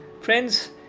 Friends